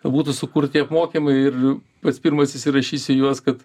būtų sukurti apmokymai ir pats pirmas įsirašysiu į juos kad